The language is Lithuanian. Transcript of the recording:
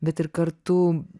bet ir kartu